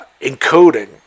encoding